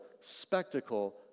spectacle